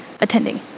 attending